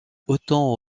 autant